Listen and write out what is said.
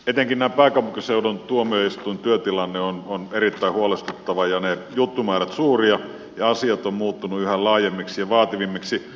etenkin pääkaupunkiseudun tuomioistuinten työtilanne on erittäin huolestuttava juttumäärät suuria ja asiat ovat muuttuneet yhä laajemmiksi ja vaativammiksi